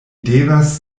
devas